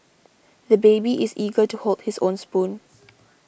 the baby is eager to hold his own spoon